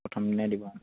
প্ৰথমদিনাই দিব অঁ